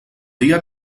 dia